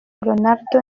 ronaldo